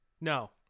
No